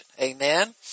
Amen